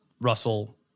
Russell